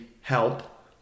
help